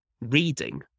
reading